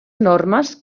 normes